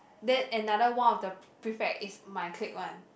then another one of the prefect is my clique [one]